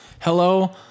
hello